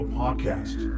podcast